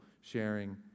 sharing